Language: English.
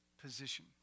position